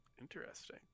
Interesting